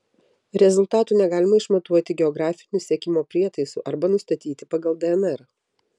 rezultatų negalima išmatuoti geografiniu sekimo prietaisu arba nustatyti pagal dnr